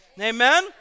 Amen